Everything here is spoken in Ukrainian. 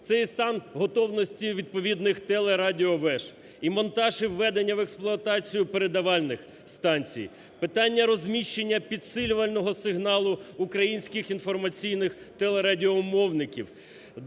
Це і стан готовності відповідних телерадіовеж, і монтаж, і введення в експлуатацію передавальних станцій, питання розміщення підсилювального сигналу українських інформаційних телерадіомовників,